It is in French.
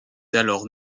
alors